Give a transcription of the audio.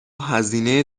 هزینه